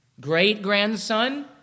great-grandson